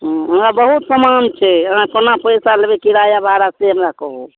हूॅं हमरा बहुत समान छै अहाँ कोना पैसा लेबै किराया भाड़ा से हमरा कहू